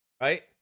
Right